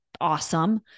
awesome